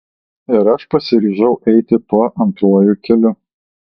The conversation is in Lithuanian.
ir aš pasiryžau eiti tuo antruoju keliu